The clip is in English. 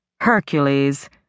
Hercules